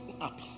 up